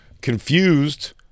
confused